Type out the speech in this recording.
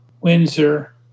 Windsor